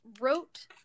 wrote